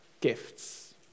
gifts